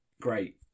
great